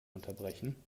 unterbrechen